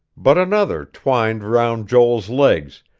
but another twined round joel's legs,